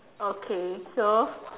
okay so